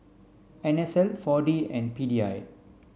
N S L four D and P D I